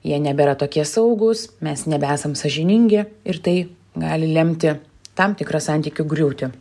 jie nebėra tokie saugūs mes nebesam sąžiningi ir tai gali lemti tam tikrą santykių griūtį